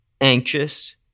anxious